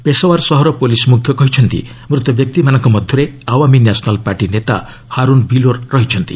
ପେଶ୍ୱାଓ୍ୱାର ସହର ପୁଲିସ ମୁଖ୍ୟ କହିଛନ୍ତି ମୂତବ୍ୟକ୍ତିମାନଙ୍କ ମଧ୍ୟରେ ଆୱାମି ନ୍ୟାସନାଲ ପାର୍ଟି ନେତା ହାର୍ନ ବିଲୋର ରହିଛନ୍ତି